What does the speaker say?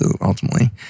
ultimately